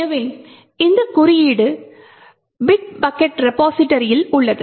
எனவே இந்த குறியீடு பிட் பக்கெட் களஞ்சியத்தில் உள்ளது